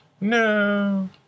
No